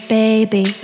baby